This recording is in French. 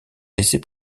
laisser